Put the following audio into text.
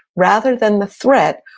rather than the threat,